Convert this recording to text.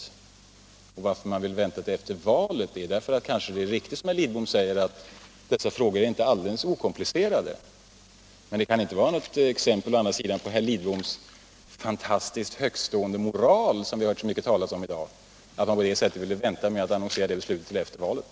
Och orsaken till att man ville vänta till efter valet var kanske att denna fråga inte är alldeles okomplicerad, som herr Lidbom också sade. Men det kan å andra sidan inte vara något exempel på herr Lidboms fantastiskt högstående moral, som vi har hört så mycket talas om i dag, att man på det sättet ville vänta med att annonsera beslutet till efter valet.